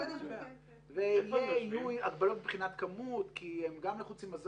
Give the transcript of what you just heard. זו הזדמנות להגיד תודה לכל צוותי בתי החולים ומנהליהם